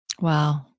wow